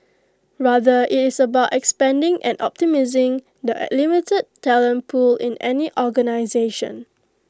rather IT is about expanding and optimising the limited talent pool in any organisation